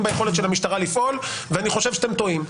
ביכולת של המשטרה לפעול ואני חושב שאתם טועים.